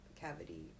cavity